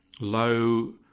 low